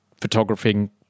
photographing